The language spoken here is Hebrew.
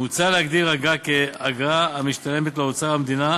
מוצע להגדיר "אגרה" כאגרה המשתלמת לאוצר המדינה,